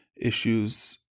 issues